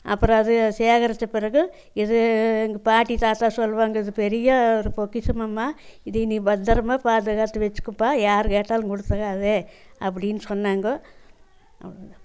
அப்புறம் அது சேகரித்த பிறகு இது எங்கள் பாட்டி தாத்தா சொல்வாங்க இது பெரிய ஒரு பொக்கிஷம்மா இது நீ பத்திரமா பாதுகாத்து வச்சிக்கப்பா யார் கேட்டாலும் கொடுத்துடாதே அப்படின்னு சொன்னாங்க அவ்வளோதான்